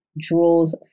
draws